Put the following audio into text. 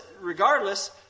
regardless